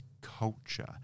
culture